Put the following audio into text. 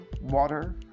water